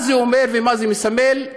מה זה אומר ומה זה מסמל?